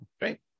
Great